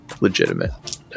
legitimate